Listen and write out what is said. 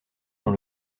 dans